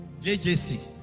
JJC